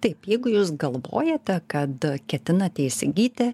taip jeigu jūs galvojate kad ketinate įsigyti